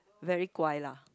very 乖: guai lah